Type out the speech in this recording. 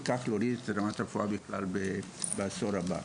ובכך להוריד את רמת הרפואה בעשור הבא.